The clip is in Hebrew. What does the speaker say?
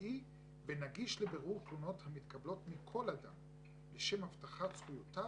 מקצועי ונגיש לבירור תלונות המתקבלות מכל אדם לשם הבטחת זכויותיו